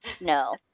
No